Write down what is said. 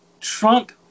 Trump